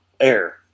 air